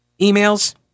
emails